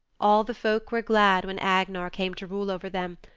all the folk were glad when agnar came to rule over them,